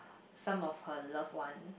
some her loved one